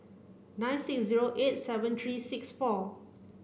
nine six zero eight seven three six four